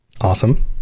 Awesome